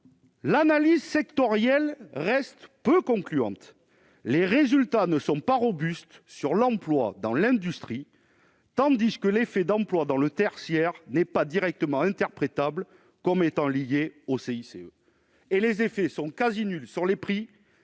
L'analyse sectorielle reste peu concluante : les résultats ne sont pas robustes sur l'emploi dans l'industrie tandis que l'effet emploi dans le tertiaire n'est pas directement interprétable comme étant lié au CICE. » Et les effets sont quasi nuls sur les prix